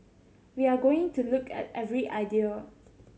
we are going to look at every idea